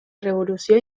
revolució